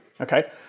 Okay